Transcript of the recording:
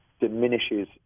diminishes